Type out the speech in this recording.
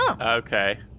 Okay